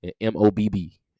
M-O-B-B